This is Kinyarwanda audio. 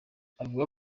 avuga